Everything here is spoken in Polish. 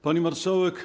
Pani Marszałek!